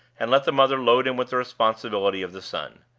and let the mother load him with the responsibility of the son.